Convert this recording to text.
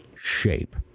shape